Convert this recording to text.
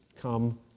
come